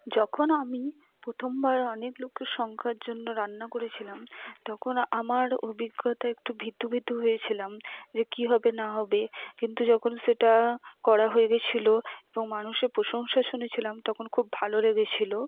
যখন আমি প্রথমবার অনেক লোকের সংখ্যার জন্য রান্না করেছিলাম তখন আমার অভিজ্ঞতা একটু ভীতু ভীতু হয়েছিলাম যে কী হবে না হবে কিন্তু যখন সেটা করা হয়ে গিয়েছিল এবং মানুষের প্রশংসা শুনেছিলাম তখন খুব ভালো লেগেছিল